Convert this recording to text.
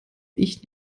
ich